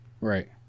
right